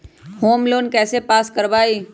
Home loan कैसे पास कर बाबई?